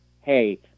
Hey